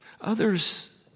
Others